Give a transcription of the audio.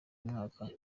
mwaka